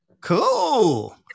Cool